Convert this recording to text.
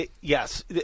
Yes